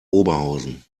oberhausen